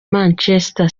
manchester